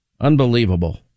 Unbelievable